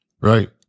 right